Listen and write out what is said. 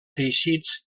teixits